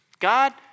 God